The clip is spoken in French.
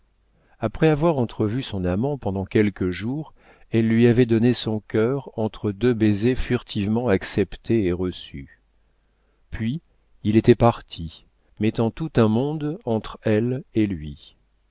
après avoir entrevu son amant pendant quelques jours elle lui avait donné son cœur entre deux baisers furtivement acceptés et reçus puis il était parti mettant tout un monde entre elle et lui